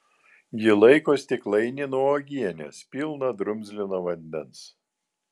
ji laiko stiklainį nuo uogienės pilną drumzlino vandens